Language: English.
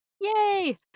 Yay